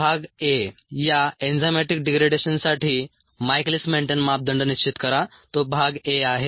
भाग a या enzymatic डिग्रेडेशनसाठी मायकेलिस मेन्टेन मापदंड निश्चित करा तो भाग a आहे